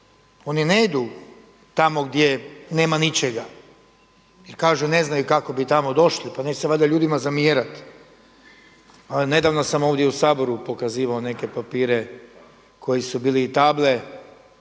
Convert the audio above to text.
Oni ne idu tamo gdje nema ničega jer kažu ne znaju kako bi tamo došli, pa neće se valjda ljudima zamjerati. Nedavno sam ovdje u Saboru pokazivao neke papire koji su bili i table,